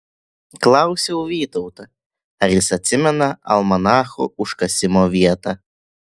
klausiau vytautą ar jis atsimena almanacho užkasimo vietą